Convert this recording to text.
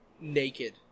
naked